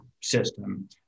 system